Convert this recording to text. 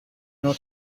not